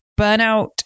Burnout